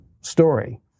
story